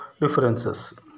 differences